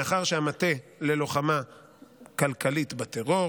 מאחר שהמטה ללוחמה כלכלית בטרור